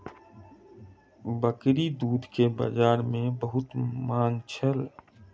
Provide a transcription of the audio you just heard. बकरीक दूध के बजार में बहुत मांग छल